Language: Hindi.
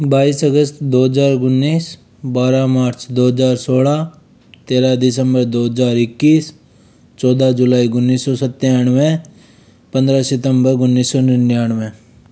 बाईस अगस्त दो हज़ार उन्नीस बारह मार्च दो हज़ार सोलह तेरह दिसंबर दो हज़ार इक्कीस चौदह जुलाई उन्नीस सौ सत्तानवे पंद्रह सितंबर उन्नीस सौ निन्यानवे